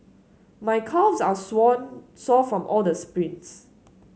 my calves are sore from all the sprints